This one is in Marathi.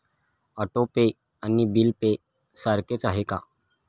ऑटो पे आणि बिल पे सारखेच आहे का?